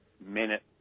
minute